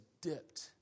dipped